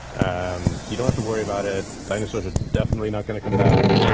um you don't have to worry about it. dinosaurs are definitely not going to come back.